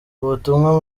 ubutumwa